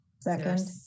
Second